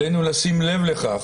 עלינו לשים לב לכך,